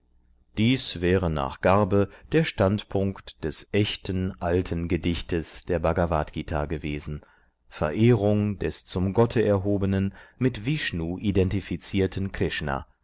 dies wäre nach garbe der standpunkt des echten alten gedichtes der bhagavadgt gewesen verehrung des zum gotte erhobenen mit vishnu identifizierten krishna